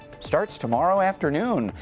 starts tomorrow afternoon.